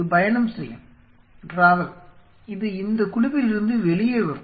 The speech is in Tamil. இது பயணம் செய்யும் இது இந்த குழுவிலிருந்து வெளியே வரும்